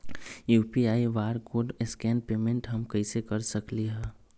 UPI barcode scan payment हम कईसे कर सकली ह?